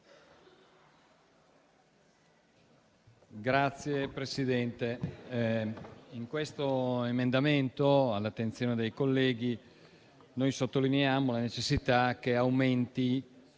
Signora Presidente, in questo emendamento all'attenzione dei colleghi noi sottolineiamo la necessità che aumenti